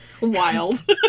Wild